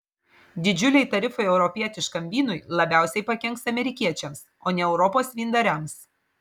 didžiuliai tarifai europietiškam vynui labiausiai pakenks amerikiečiams o ne europos vyndariams